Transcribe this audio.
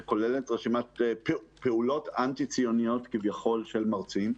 שכוללת רשימת פעולות אנטי ציוניות כביכול של מרצים.